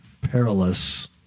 perilous